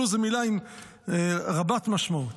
"לו" זו מילה רבת משמעות.